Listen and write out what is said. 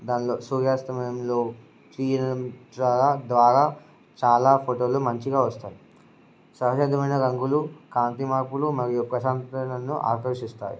దానిలో సూర్యాస్తమయంలో తీయడం ద్వారా చాలా ఫోటోలు మంచిగా వస్తాయి సహజమైన రంగులు కాంతి మార్పులు మరియు ప్రశాంతతలను ఆకర్షిస్తాయి